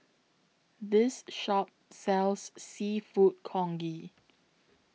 This Shop sells Seafood Congee